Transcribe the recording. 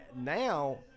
now